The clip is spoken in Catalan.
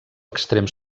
extrem